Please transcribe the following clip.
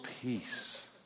peace